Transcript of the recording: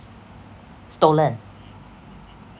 stolen